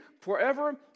forever